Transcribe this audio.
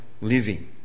Living